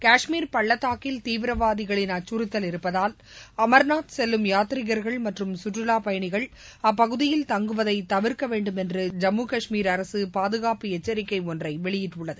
காஷ்மீர் பள்ளத்தாக்கில் தீவிரவாதிகளின் அச்சுறுத்தல் இருப்பதால் அமா்நாத் செல்லும் யாத்ரீகா்கள் மற்றும் சுற்றுலாப் பயணிகள் அப்பகுதியில் தங்குவததை தவிர்க்க வேண்டும் என்று ஜம்மு காஷ்மீர் அரசு பாதுகாப்பு எச்சரிக்கை ஒன்றை வெளியிட்டுள்ளது